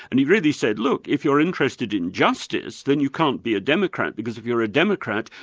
and he really said, look, if you're interested in justice, then you can't be a democrat, because if you're a democrat,